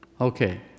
Okay